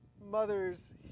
mothers